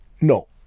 no